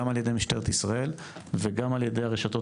גם על ידי משטרת ישראל וגם על ידי הרשתות